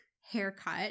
haircut